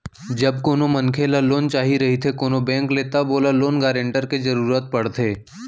जब कोनो मनखे ल लोन चाही रहिथे कोनो बेंक ले तब ओला लोन गारेंटर के जरुरत पड़थे